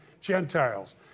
Gentiles